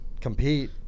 compete